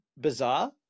bizarre